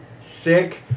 sick